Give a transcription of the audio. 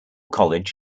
college